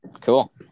Cool